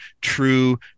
true